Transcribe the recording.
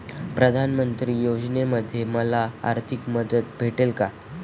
प्रधानमंत्री योजनेमध्ये मला आर्थिक मदत भेटेल का?